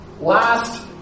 last